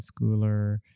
schooler